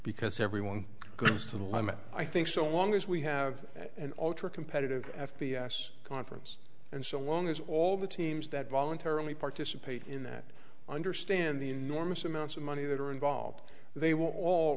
because everyone goes to the limit i think so long as we have an ultra competitive f b s conference and so long as all the teams that voluntarily participate in that understand the enormous amounts of money that are involved they will all